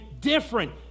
Different